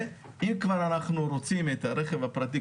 אם כבר אנחנו רוצים את הרכב הפרטי,